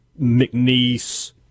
McNeese